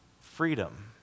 freedom